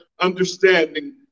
understanding